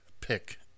pick